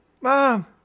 Mom